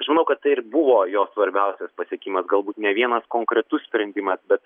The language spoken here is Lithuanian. žinau kad tai ir buvo jo svarbiausias pasiekimas galbūt ne vienas konkretus sprendimas bet